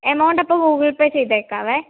amount അപ്പം Google pay ചെയ്തേക്കാവേ